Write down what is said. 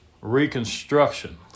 reconstruction